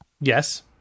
Yes